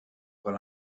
quan